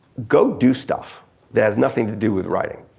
go do stuff that has nothing to do with writing.